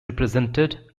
represented